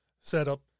setup